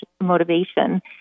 motivation